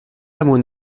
hameau